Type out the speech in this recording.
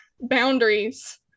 boundaries